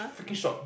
freaking short